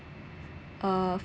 uh